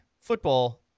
football